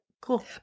Cool